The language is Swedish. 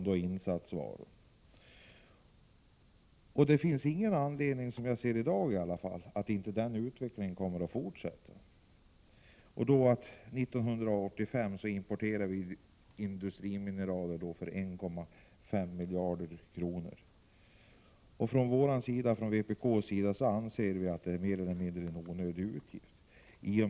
Det finns, som jag ser det i dag, ingen anledning till att den utvecklingen inte skulle fortsätta. 1985 importerade vi industrimineraler för 1,5 miljarder kronor. Från vpk:s sida anser vi att det är en mer eller mindre onödig utgift.